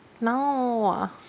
No